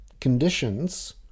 conditions